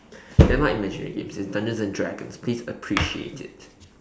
you're not imagining things it's dungeons and dragons please appreciate it